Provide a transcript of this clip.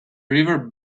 river